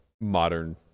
modern